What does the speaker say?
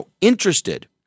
interested